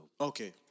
Okay